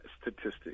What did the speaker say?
statistics